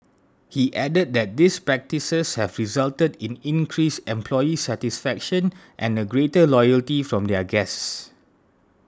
he added that these practices have resulted in increased employee satisfaction and a greater loyalty from their guests